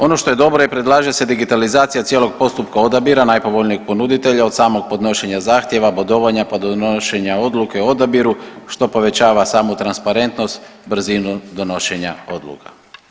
Ono što je dobro i predlaže se digitalizacija cijelog postupka odabira najpovoljnijeg ponuditelja od samog podnošenja zahtjeva, bodovanja, pa do donošenja odluke o odabiru što povećava samu transparentnost, brzinu donošenja odluka.